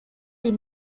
sie